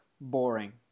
boring